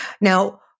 Now